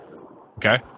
Okay